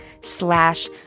slash